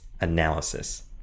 Analysis